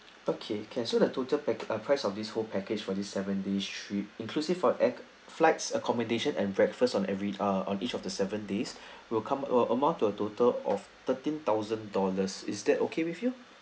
okay can so the total pack~ or price of this whole package for the seven days trip inclusive of ai~ flights accommodation and breakfast on every uh on each of the seven days will come err amount to a total of thirteen thousand dollars is that okay with you